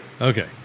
Okay